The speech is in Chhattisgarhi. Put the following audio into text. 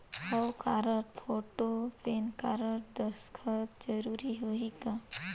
हव कारड, फोटो, पेन कारड, दस्खत जरूरी होही का?